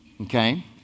Okay